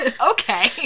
Okay